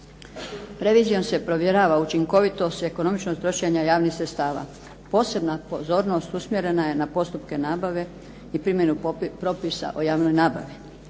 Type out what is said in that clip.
Revizijom se provjerava učinkovitost, ekonomičnost trošenja javnih sredstava. Posebna pozornost usmjerena je na postupke nabave i primjenu propisa o javnoj nabavi.